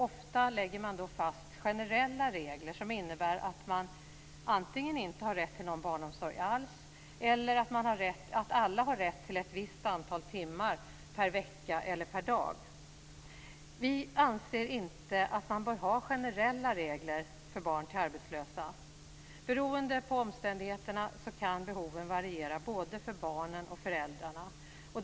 Ofta lägger man då fast generella regler som innebär att man antingen inte har rätt till någon barnomsorg alls eller att alla har rätt till ett visst antal timmar per vecka eller per dag. Vi anser inte att man bör ha generella regler för barn till arbetslösa. Beroende på omständigheterna kan behoven variera både för barnen och föräldrarna.